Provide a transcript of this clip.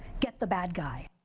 get the bad guy.